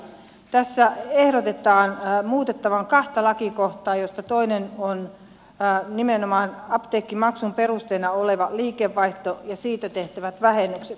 tässä ehdotetaan muutettavan kahta lakikohtaa joista toinen on nimenomaan apteekkimaksun perusteena oleva liikevaihto ja siitä tehtävät vähennykset